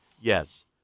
Yes